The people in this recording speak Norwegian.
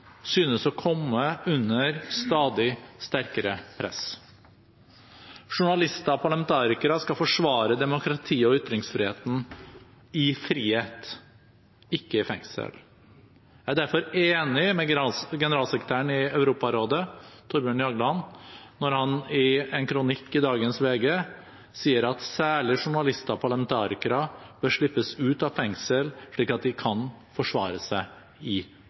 synes å komme under stadig sterkere press. Journalister og parlamentarikere skal forsvare demokratiet og ytringsfriheten i frihet, ikke i fengsel. Jeg er derfor enig med generalsekretæren i Europarådet, Thorbjørn Jagland, når han i en kronikk i dagens VG sier at «særlig journalister og parlamentarikere bør slippes ut av fengsel slik at de kan forsvare seg